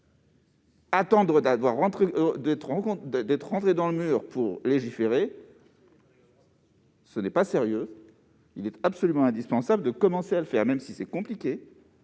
Attendre d'être allé dans le mur pour légiférer, ce n'est pas sérieux ! Il est absolument indispensable de commencer à le faire, même si c'est compliqué.